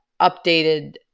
updated